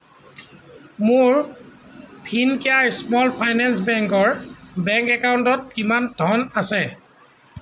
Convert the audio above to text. মোৰ Fincare small finance বেংকৰ bank একাউণ্টত কিমান ধন আছে